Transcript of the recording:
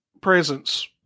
presence